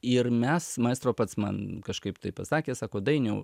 ir mes maestro pats man kažkaip tai pasakė sako dainiau